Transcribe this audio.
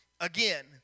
again